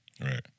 Right